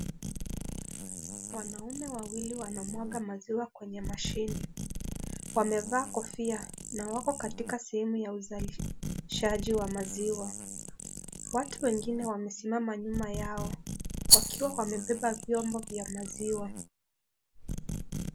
Wanaume wawili wanamwaga maziwa kwenye mashine. Wamevaa kofia na wako katika sehemu ya uzalishaji wa maziwa. Watu wengine wamesimama nyuma yao. Wakiwa wamebeba vyombo vya maziwa.